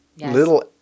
little